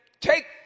take